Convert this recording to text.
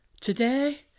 Today